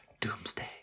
Doomsday